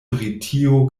britio